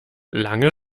lange